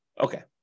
Okay